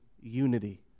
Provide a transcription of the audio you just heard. unity